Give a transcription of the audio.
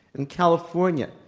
in california,